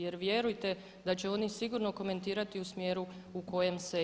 Jer vjerujte da će oni sigurno komentirati u smjeru u kojem se ja.